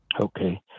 Okay